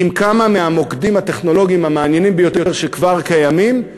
עם כמה מהמוקדים הטכנולוגיים המעניינים ביותר שכבר קיימים,